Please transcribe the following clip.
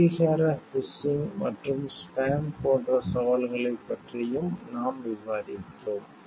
அங்கீகார ஃபிஷிங் மற்றும் ஸ்பேம் போன்ற சவால்களைப் பற்றியும் நாம் விவாதித்தோம்